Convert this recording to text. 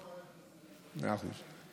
מאה אחוז.